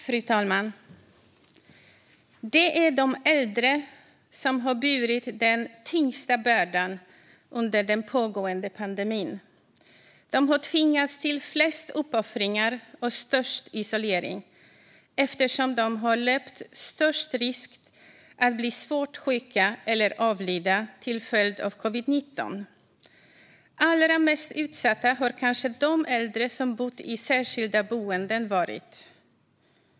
Fru talman! Det är de äldre som har burit den tyngsta bördan under den pågående pandemin. De har tvingats till flest uppoffringar och störst isolering, eftersom de har löpt störst risk att bli svårt sjuka eller avlida till följd av covid-19. Allra mest utsatta har kanske de äldre varit som bott i särskilda boenden.